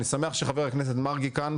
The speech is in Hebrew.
אני שמח שחבר הכנסת מרגי כאן,